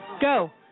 Go